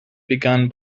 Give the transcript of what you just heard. begun